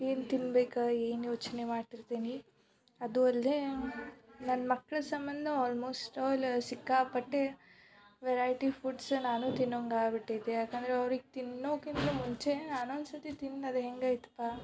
ಏನು ತಿನ್ಬೇಕು ಏನು ಯೋಚನೆ ಮಾಡ್ತಿರ್ತೀನಿ ಅದೂ ಅಲ್ಲದೆ ನನ್ನ ಮಕ್ಳ ಸಂಬಂಧ ಆಲ್ಮೋಸ್ಟ್ ಆಲ್ ಸಿಕ್ಕಾಪಟ್ಟೆ ವೆರೈಟಿ ಫುಡ್ಸ್ ನಾನು ತಿನ್ನೊಂಗೆ ಆಗಿಬಿಟ್ಟೈತೆ ಯಾಕಂದರೆ ಅವ್ರಿಗೆ ತಿನ್ನೋಕ್ಕಿಂತ ಮುಂಚೆಯೇ ನಾನೊಂದು ಸರ್ತಿ ತಿಂದು ಅದು ಹೇಗೈತಪ್ಪ